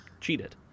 cheated